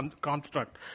construct